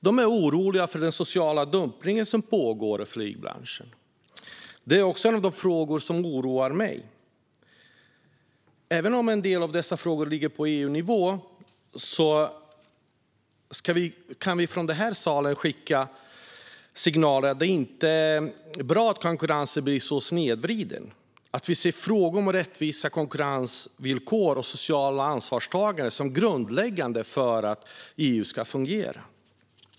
De är oroliga för den sociala dumpning som pågår i flygbranschen. Det är också en av de frågor som oroar mig. Även om en del av dessa frågor ligger på EU-nivå kan vi från den här salen skicka signaler om att det inte är bra att konkurrensen blir så snedvriden och om att vi ser frågan om rättvisa konkurrensvillkor och socialt ansvarstagande som grundläggande för att EU ska fungera.